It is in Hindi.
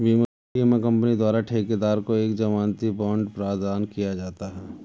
बीमा कंपनी द्वारा ठेकेदार को एक जमानती बांड प्रदान किया जाता है